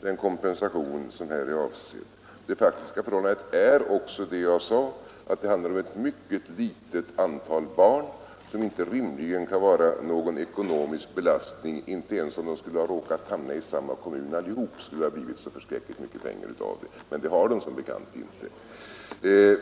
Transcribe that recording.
den kompensation som här är avsedd. Det faktiska förhållandet är också, som jag sade, att det handlar om ett mycket litet antal barn som inte rimligen kan vara någon ekonomisk belastning. Inte ens om alla barnen skulle ha råkat finnas i samma kommun — vilket ju nu som bekant inte är fallet — skulle det ha blivit fråga om ett så förskräckligt stort belopp.